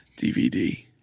DVD